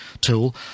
tool